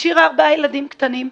השאירה ארבעה ילדים קטנים.